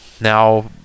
now